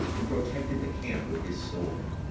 and protected the camp with his sword.